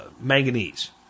manganese